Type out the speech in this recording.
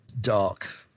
dark